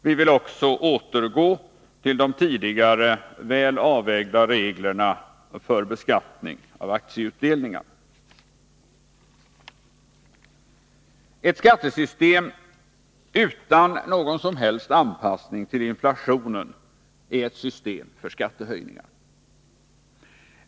Vi vill också återgå till de tidigare väl avvägda reglerna för beskattning av aktieutdelningar. Ett skattesystem utan någon som helst anpassning till inflationen är ett system för skattehöjningar.